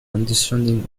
conditioning